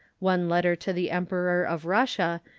one letter to the emperor of russia,